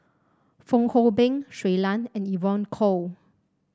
Fong Hoe Beng Shui Lan and Evon Kow